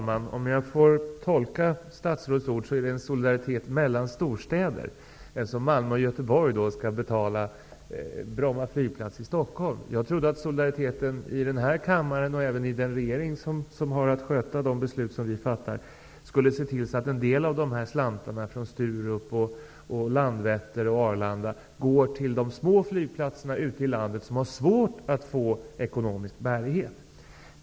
Herr talman! Jag tolkar statsrådets ord så att det är fråga om en solidaritet mellan storstäder. Malmö och Göteborg skall ju betala för Bromma flygplats i Stockholm. Jag trodde att solidaritet i denna kammare, och även i den regering som har att verkställa de beslut vi fattar, skulle se till att en del av slantarna från Sturup, Landvetter och Arlanda går till de små flygplatserna ute i landet som har svårt att skapa ekonomisk bärighet.